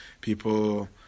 People